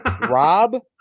Rob